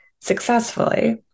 successfully